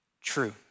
true